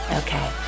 okay